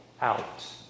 out